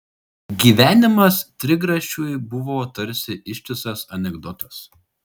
gyvenimas trigrašiui buvo tarsi ištisas anekdotas